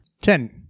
ten